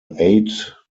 aid